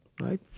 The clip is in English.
right